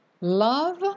Love